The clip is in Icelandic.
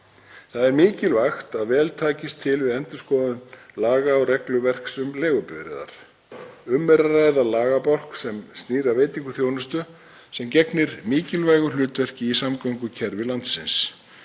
Það er mikilvægt að vel takist til við endurskoðun laga og regluverks um leigubifreiðar. Um er að ræða lagabálk sem snýr að veitingu þjónustu sem gegnir mikilvægu hlutverki í samgöngukerfi landsins.